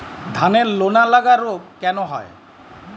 ধানের লোনা লাগা রোগ কেন হয়?